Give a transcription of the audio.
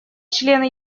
члены